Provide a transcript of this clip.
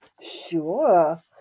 Sure